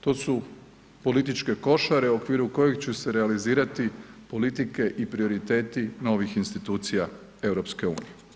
To su političke košare u okviru kojih će se realizirati politike i prioriteti novih institucija EU.